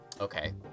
Okay